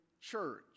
church